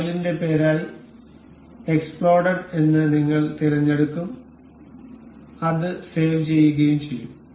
ഫയലിന്റെ പേരായി എക്സ്പ്ലോഡഡ് എന്ന് നിങ്ങൾ തിരഞ്ഞെടുക്കും അത് സേവ് ചെയ്യുകയും ചെയ്യും